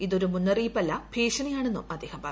ഇതൊരു മുന്നറിയിപ്പല്ല ഭീഷണിയാണെന്നും അദ്ദേഹം പറഞ്ഞു